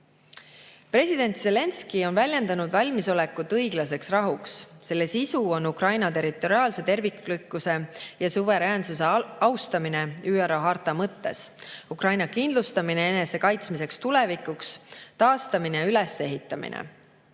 President Zelenskõi on väljendanud valmisolekut õiglaseks rahuks. Selle sisu on Ukraina territoriaalse terviklikkuse ja suveräänsuse austamine ÜRO harta mõttes, Ukraina kindlustamine enese kaitsmiseks tulevikuks, taastamine ja ülesehitamine,